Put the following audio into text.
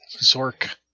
Zork